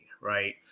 right